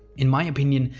in my opinion,